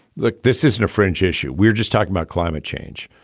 look this isn't a fringe issue. we're just talking about climate change.